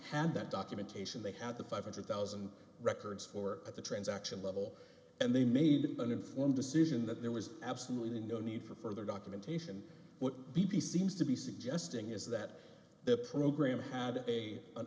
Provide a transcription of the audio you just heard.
had that documentation they had the five hundred thousand records for at the transaction level and they made an informed decision that there was absolutely no need for further documentation what b p seems to be suggesting is that the program had a an